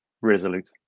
resolute